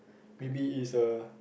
maybe is a